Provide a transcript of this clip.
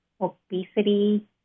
obesity